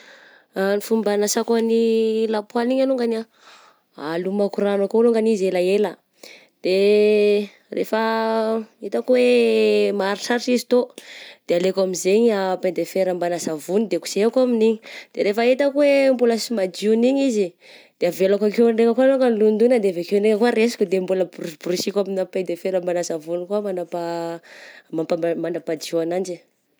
Ny fomba hanasako any lapoaly igny alongany ah, lomako ragno akao longany izy elaela, de rehefa hitako hoe maharitraritra izy tao, de alaiko amin'izegna paille de fer mbagna savony de kosehiko amin'igny, de rehefa hita hoe mbola sy madion'igny izy, de avelo akeo ndraika ko longany, hilondogna de avy akeo ndray raisiko de mbola brosibrosiko amigna paille de fer mbagna savony koa mandrapa-mampa-mandrapaha hadio ananjy.